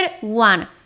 one